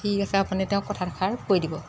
ঠিক আছে আপুনি তেওঁক কথাষাৰ কৈ দিব